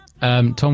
Tom